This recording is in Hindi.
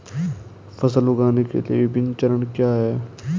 फसल उगाने के विभिन्न चरण क्या हैं?